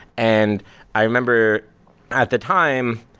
and i remember at the time,